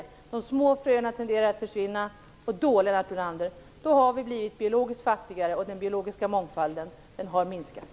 De mindre vanliga fröerna tenderar att försvinna, och då, Lennart, minskar den biologiska mångfalden och vi blir biologiskt fattigare.